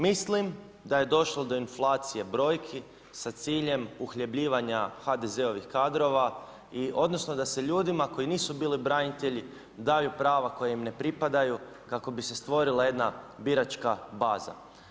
Mislim da je došlo do inflacije brojki sa ciljem uhljebljivanja HDZ-ovih kadrova odnosno da se ljudima koji nisu bili branitelji daju prava koja im ne pripadaju kako bi se stvorila jedna biračka baza.